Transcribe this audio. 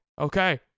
Okay